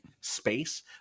space